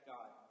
God